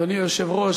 אדוני היושב-ראש,